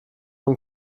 und